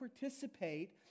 participate